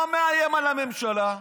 מה מאיים על הממשלה?